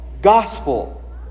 gospel